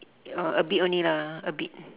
uh a bit only lah a bit